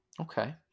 Okay